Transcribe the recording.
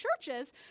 churches